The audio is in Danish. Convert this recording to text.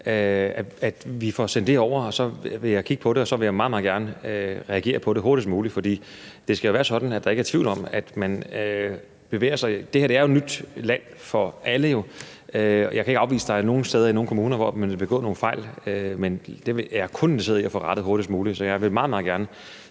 her – får sendt det over, for så vil jeg kigge på det, og så vil jeg meget, meget gerne reagere på det hurtigst muligt, for det skal jo være sådan, at der ikke er tvivl om det. Det her er jo nyt land for alle, og jeg kan ikke afvise, at der er nogle steder i nogle kommuner, hvor man har begået nogle fejl, men dem er jeg kun interesseret i at få rettet hurtigst muligt. Så jeg vil meget, meget